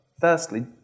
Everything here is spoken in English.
firstly